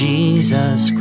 Jesus